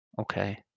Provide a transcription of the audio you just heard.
okay